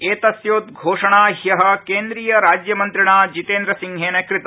एतस्योद्वोषणा ह्यः केन्द्रिय राज्यमन्त्रिणा जितेन्द्र सिंहेन कृता